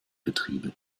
betriebe